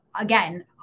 again